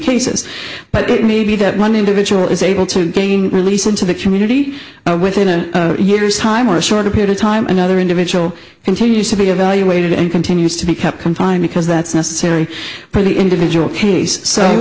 cases but it may be that one individual is able to gain release into the community within a year's time or a shorter period of time another individual continues to be evaluated and continues to be kept on time because that's necessary for the individual case so